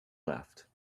left